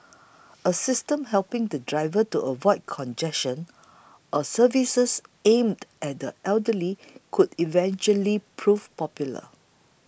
a system helping the driver to avoid congestion or services aimed at the elderly could eventually prove popular